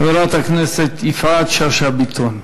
חברת הכנסת יפעת שאשא ביטון.